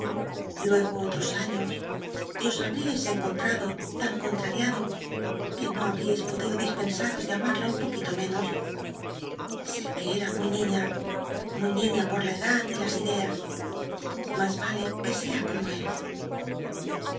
otros años y os habtiais enconltaclo tan con ttnriaclo que no habríais podido dispensatos de amal'la un poquito menos sé que cm muy niiía muy niña por la edad y las ideas mas yalc que sea como cs